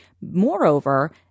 Moreover